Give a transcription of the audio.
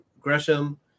Gresham